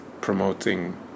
promoting